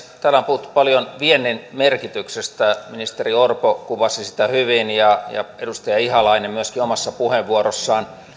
täällä on puhuttu paljon viennin merkityksestä ministeri orpo kuvasi sitä hyvin ja ja myöskin edustaja ihalainen omassa puheenvuorossaan